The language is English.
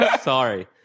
Sorry